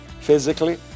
physically